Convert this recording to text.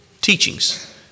teachings